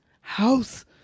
House